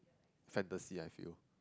fantasy I feel